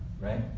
right